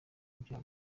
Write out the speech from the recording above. byaro